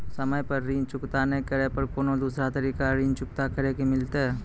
समय पर ऋण चुकता नै करे पर कोनो दूसरा तरीका ऋण चुकता करे के मिलतै?